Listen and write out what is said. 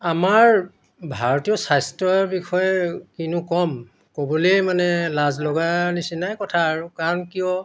আমাৰ ভাৰতীয় স্বাস্থ্যৰ বিষয়ে কিনো ক'ম ক'বলেই মানে লাজ লগা নিচিনাই কথা আৰু কাৰণ কিয়